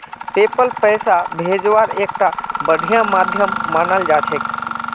PayPal पैसा भेजवार एकता बढ़िया माध्यम मानाल जा छेक